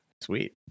Sweet